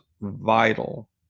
vital